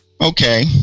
okay